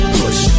push